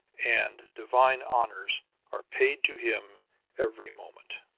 and divine honors are paid to him every moment.